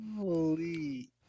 Holy